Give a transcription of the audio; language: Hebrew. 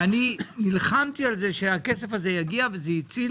ואני נלחמתי על זה שהכסף הזה יגיע וזה הציל